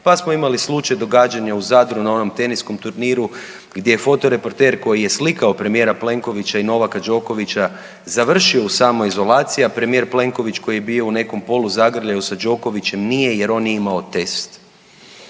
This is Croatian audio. pa smo imali slučaj događanja u Zadru na onom teniskom turniru gdje je fotoreporter koji je slikao premijera Plenkovića i Novaka Đokovića završio u samoizolaciji, a premijer Plenković koji je bio u nekom poluzagrljaju sa Đokovićem nije jer on nije imao test.